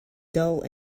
dull